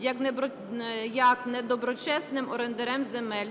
як недоброчесним орендарем земель